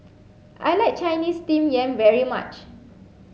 I like Chinese steamed yam very much